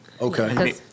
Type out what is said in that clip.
Okay